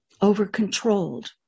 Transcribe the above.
over-controlled